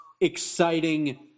Exciting